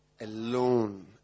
alone